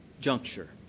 juncture